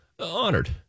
honored